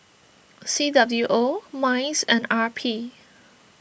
C W O Minds and R P